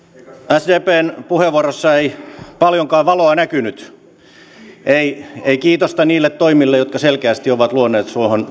sdpn puheenvuorossa ei paljonkaan valoa näkynyt ei ei kiitosta niille toimille jotka selkeästi ovat luoneet suomeen